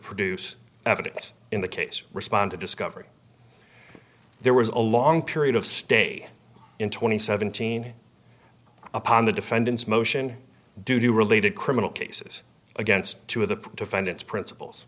produce evidence in the case respond to discovery there was a long period of stay in two thousand and seventeen upon the defendant's motion due to related criminal cases against two of the defendants principals